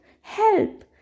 Help